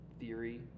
theory